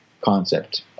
concept